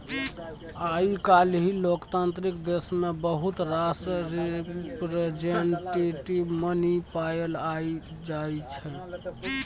आइ काल्हि लोकतांत्रिक देश मे बहुत रास रिप्रजेंटेटिव मनी पाएल जाइ छै